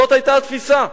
זו היתה התפיסה.